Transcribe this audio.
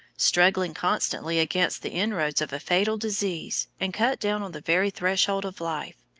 struggling constantly against the inroads of a fatal disease, and cut down on the very threshold of life,